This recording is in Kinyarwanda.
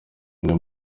hamwe